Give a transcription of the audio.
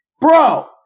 bro